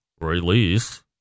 release